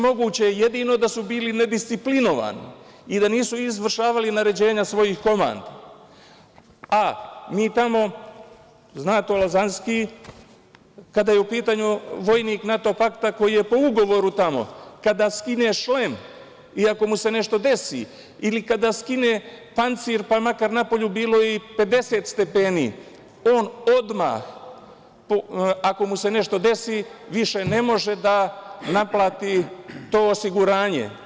Moguće je jedino da su bili nedisciplinovani i da nisu izvršavali naređenja svojih komandi, a tamo, zna to Lazanski, kada je u pitanju vojnik NATO pakta koji je po ugovoru tamo, kada skine šlem i ako mu se nešto desi ili kada skine pancir pa makar napolju bilo i 50 stepeni, on odmah, ako mu se nešto desi, više ne može da naplati to osiguranje.